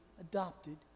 adopted